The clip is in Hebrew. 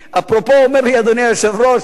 אפרופו, אומר לי אדוני היושב-ראש,